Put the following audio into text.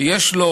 שיש לו